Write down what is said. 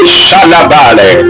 shalabale